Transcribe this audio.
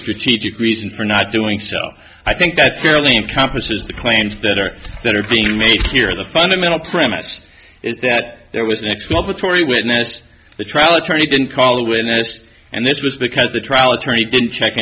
strategic reason for not doing so i think that's fairly encompasses the claims that are that are being made here the fundamental premise is that there was an x twelve authority witness the trial attorney didn't call the witness and this was because the trial attorney didn't check